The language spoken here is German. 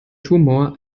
tumor